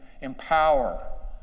empower